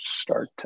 start